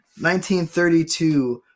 1932